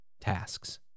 tasks